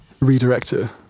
redirector